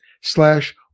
slash